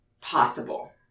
possible